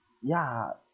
ya